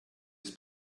ist